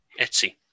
Etsy